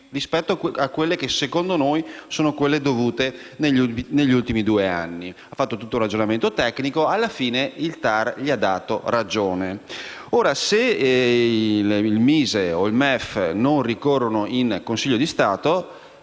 rispetto a quelle che secondo noi erano dovute negli ultimi due anni». Hanno fatto tutto un ragionamento tecnico e alla fine il TAR gli ha dato ragione. Ora, se il MISE o il MEF non ricorrono in Consiglio di Stato,